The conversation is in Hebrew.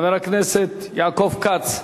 חבר הכנסת יעקב כץ,